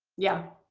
yeah.